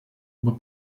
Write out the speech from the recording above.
were